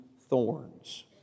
thorns